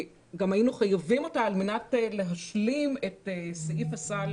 גם היינו חייבים אותה על מנת להשלים את סעיף הסל